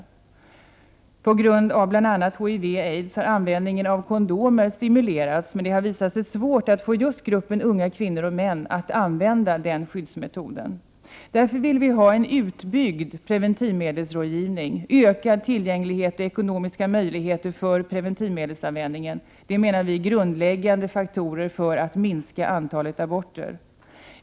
På grund av bl.a. HIV har användningen av kondomer stimulerats, men det har visat sig svårt att få just unga kvinnor och män att använda den skyddsmetoden. Därför vill vi ha en utbyggd Prot. 1988/89:105 preventivmedelsrådgivning, ökad tillgänglighet och ekonomiska möjligheter 27 april 1989 för preventivmedelsanvändning. Det är, menar vi, grundläggande faktorer när det gäller att minska antalet aborter.